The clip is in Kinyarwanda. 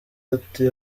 ati